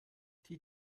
die